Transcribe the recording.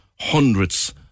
hundreds